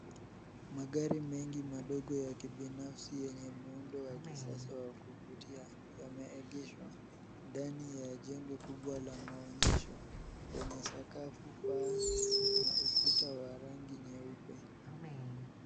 Magari mengi madogo ya kibinafsi yenye muundo wa kisasa wa kuvutia yameegeshwa ndani ya jengo kubwa la maonyesho lenye sakafu, paa na ukuta wa rangi nyeupe.